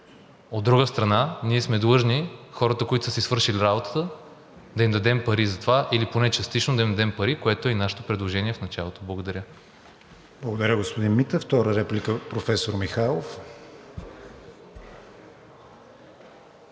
От друга страна, ние сме длъжни – хората, които са си свършили работата, да им дадем пари за това, или поне частично да им дадем пари, което е и нашето предложение в началото. Благодаря. ПРЕДСЕДАТЕЛ КРИСТИАН ВИГЕНИН: Благодаря, господин Митев. Втора реплика – професор Михайлов.